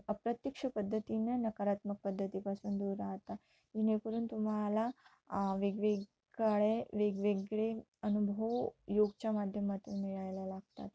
अप्रत्यक्ष पद्धतीने नकारात्मक पद्धतीपासून दूर राहता जेणेरून तुम्हाला वेगवेगळे वेगवेगळे अनुभव योगच्या माध्यमातून मिळायला लागतात